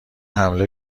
حمله